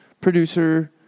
producer